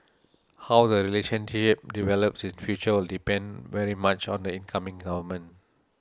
how the relationship develops in future will depend very much on the incoming government